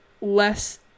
less